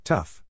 Tough